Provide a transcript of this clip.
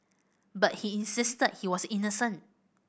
but he insisted he was innocent